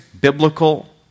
biblical